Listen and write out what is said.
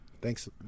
Thanks